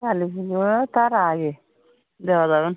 কালী পুজো তার আগে দেওয়া যাবেন